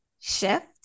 shift